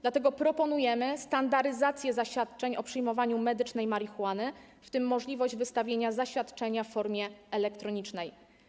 Dlatego proponujemy standaryzację zaświadczeń o przyjmowaniu medycznej marihuany, w tym możliwość wystawienia zaświadczenia w formie elektronicznej.